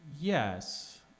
Yes